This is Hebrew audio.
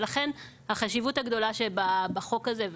לכן החשיבות הגדולה שבחוק הזה,